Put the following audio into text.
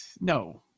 No